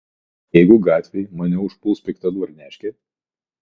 jeigu gatvėj mane užpuls pikta dvarneškė